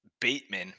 Bateman